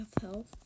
health